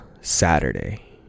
Saturday